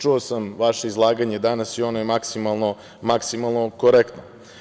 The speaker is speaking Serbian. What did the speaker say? Čuo sam vaše izlaganje danas i ono je maksimalno korektno.